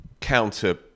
counter